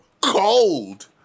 cold